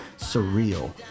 surreal